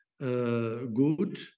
good